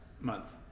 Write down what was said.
month